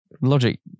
Logic